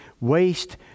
waste